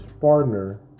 partner